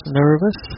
nervous